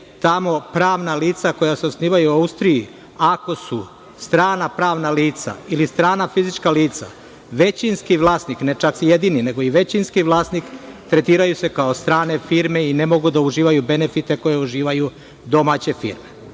tamo pravna lica koja se osnivaju u Austriji ako su strana pravna lica ili strana fizička lica većinski vlasnik, ne čak jedini, nego i većinski, tretiraju se kao strane firme i ne mogu da uživaju benefite koje uživaju domaće firme.